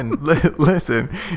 listen